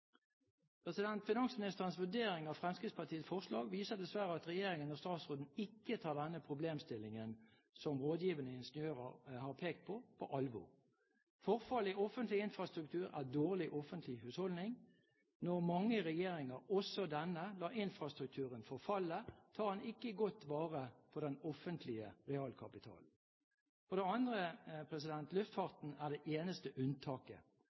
Finansministerens vurdering av Fremskrittspartiets forslag viser dessverre at regjeringen og statsråden ikke tar denne problemstillingen, som Rådgivende Ingeniørers Forening har pekt på, på alvor. Forfall i offentlig infrastruktur er dårlig offentlig husholdning. Når mange regjeringer – også denne – lar infrastrukturen forfalle, tar en ikke godt vare på den offentlige realkapitalen. For det andre: Luftfarten er det eneste unntaket.